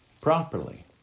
properly